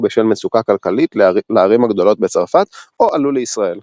בשל מצוקה כלכלית לערים הגדולות בצרפת או עלו לישראל.